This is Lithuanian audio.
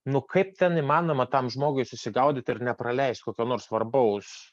nu kaip ten įmanoma tam žmogui susigaudyti ir nepraleisti kokio nors svarbaus